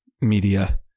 media